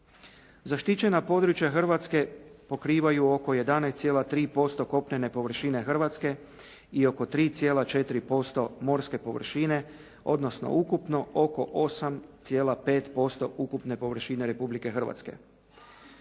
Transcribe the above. Zaštićena područja Hrvatske pokrivaju oko 11,3% kopnene površine Hrvatske i oko 3,4% morske površine, odnosno ukupno oko 8,5% ukupne površine Republike Hrvatske.